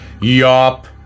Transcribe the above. yop